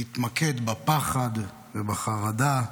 להתמקד בפחד ובחרדה,